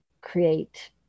create